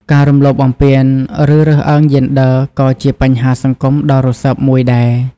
ការរំលោភបំពានឬរើសអើងយេនឌ័រក៏ជាបញ្ហាសង្គមដ៏រសើបមួយដែរ។